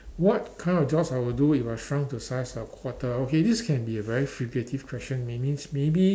what kind of jobs I will do if I shrunk to a size of a quarter okay this can be a very figurative question may means maybe